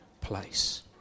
place